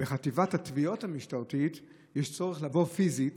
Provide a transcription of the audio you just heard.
לחטיבת התביעות המשטרתית יש צורך לבוא פיזית